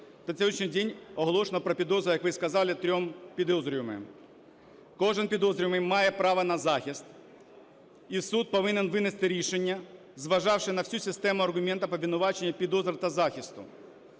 день оголошено про підозру, як ви сказали, трьом підозрюваним. Кожний підозрюваний має право на захист, і суд повинен винести рішення, зважаючи на всю систему аргументів обвинувачення, підозри та захисту.